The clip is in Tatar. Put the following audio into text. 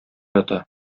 ята